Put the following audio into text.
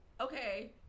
okay